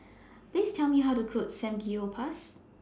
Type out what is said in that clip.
Please Tell Me How to Cook Samgeyopsal